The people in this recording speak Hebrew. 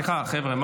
חבר'ה,